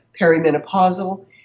perimenopausal